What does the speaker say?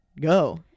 go